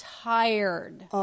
tired